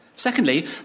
Secondly